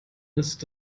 ist